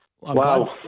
Wow